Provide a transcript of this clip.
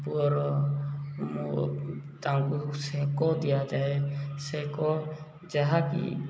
ପୁଅର ତାଙ୍କୁ ସେକ ଦିଆଯାଏ ସେକ ଯାହାକି